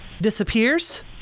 disappears